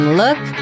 look